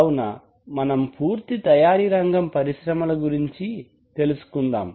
కావున మనం పూర్తిగా తయారీ రంగం పరిశ్రమల గురించి తెలుసుకుందాం